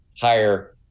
higher